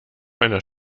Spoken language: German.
einer